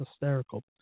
hysterical